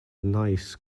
nice